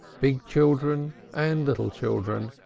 big children and little children,